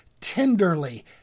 tenderly